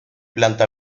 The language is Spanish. planta